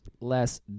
less